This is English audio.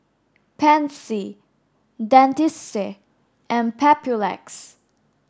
Pansy Dentiste and Papulex